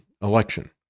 election